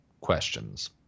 questions